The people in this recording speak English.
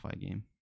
game